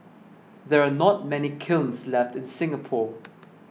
there are not many kilns left in Singapore